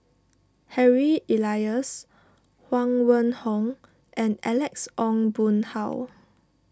Harry Elias Huang Wenhong and Alex Ong Boon Hau